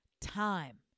time